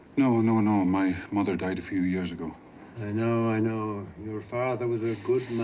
no. ah no. no. my mother died a few years ago. i know. i know. your father was a good